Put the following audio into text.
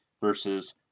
versus